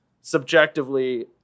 subjectively